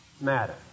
matter